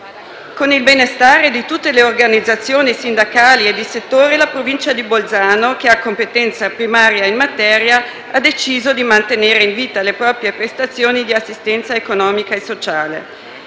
Con il benestare di tutte le organizzazioni sindacali e di settore, la Provincia di Bolzano, che ha competenza primaria in materia, ha deciso di mantenere in vita le proprie prestazioni di assistenza economica e sociale.